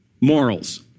morals